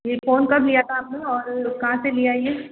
ये फ़ोन कब लिया था आपने और कहाँ से लिया ये